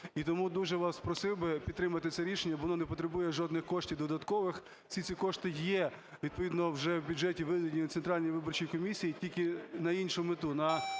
І тому дуже вас просив би підтримати це рішення. Воно не потребує жодних коштів додаткових. Всі ці кошти є відповідно вже в бюджеті Центральної виборчої комісії, тільки на іншу мету – на